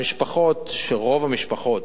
המשפחות, רוב המשפחות,